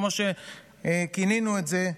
כמו שכינינו את זה,